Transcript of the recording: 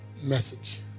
message